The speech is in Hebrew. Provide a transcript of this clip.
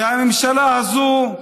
והממשלה הזאת,